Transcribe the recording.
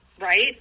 right